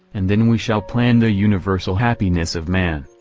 and then we shall plan the universal happiness of man.